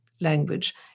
language